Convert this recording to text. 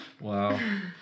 Wow